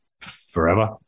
forever